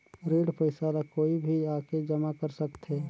ऋण पईसा ला कोई भी आके जमा कर सकथे?